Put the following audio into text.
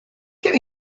get